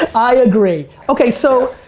i agree. okay so,